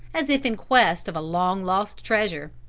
as if in quest of a long lost treasure.